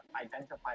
identify